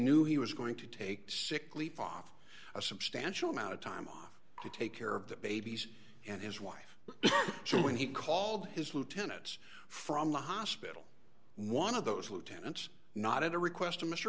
knew he was going to take sick leave off a substantial amount of time off to take care of the babies and his wife so when he called his lieutenants from the hospital one of those lieutenants not at the request